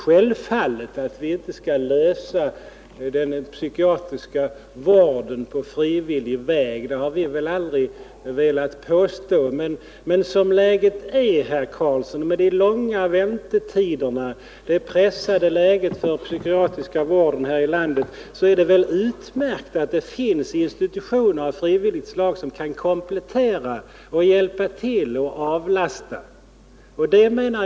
Självfallet kan vi inte klara den psykiatriska vården genom frivilliga insatser, det har vi aldrig påstått. Men som situationen just nu är, herr Karlsson i Huskvarna, med långa väntetider och det pressade läget över huvud taget för den psykiatriska vården här i landet är det väl utmärkt att det finns institutioner av frivilligt slag som kan komplettera och hjälpa till att avlasta sjukhusen en del bördor.